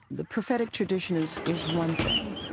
the prophetic tradition is is one thing.